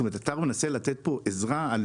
זאת אומרת, אתה מנסה לתת פה עזרה על